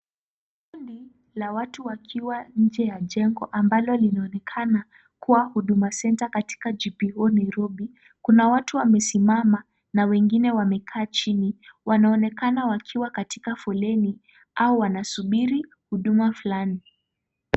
Kundi la watu wakiwa nje ya jengo ambalo linaonekana kuwa Huduma Centre katika GPO Nairobi. Kuna watu wamesimama na wengine wamekaa chini. Wanaonekana wakiwa katika foleni au wanasubiri huduma fulani.